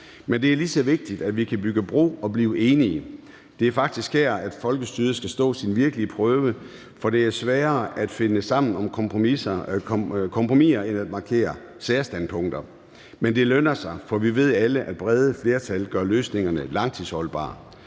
men det er lige så vigtigt, at vi kan bygge bro og blive enige. Det er faktisk her, folkestyret skal stå sin virkelige prøve, for det er sværere at finde sammen om kompromiser end at markere særstandpunkter. Men det lønner sig, for vi ved alle, at brede flertal gør løsningerne langtidsholdbare.